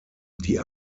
die